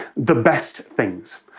the best things.